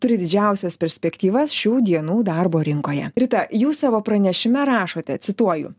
turi didžiausias perspektyvas šių dienų darbo rinkoje rita jūs savo pranešime rašote cituoju